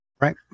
Right